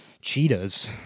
cheetahs